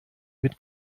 mit